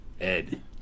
Ed